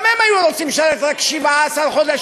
גם הם היו רוצים לשרת רק 17 חודשים.